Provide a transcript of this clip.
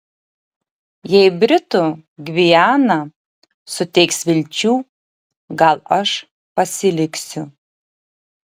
jei britų gviana suteiks vilčių gal aš pasiliksiu